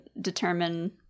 determine